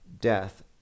death